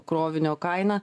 krovinio kaina